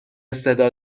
صدا